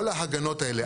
כל ההגנות האלה,